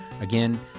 Again